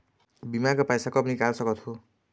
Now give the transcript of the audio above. बीमा का पैसा कब निकाल सकत हो?